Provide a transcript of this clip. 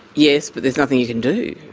yes, but there's nothing you can do.